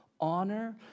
honor